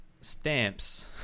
Stamps